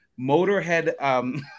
Motorhead